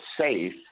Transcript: safe